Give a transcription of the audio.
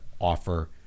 Offer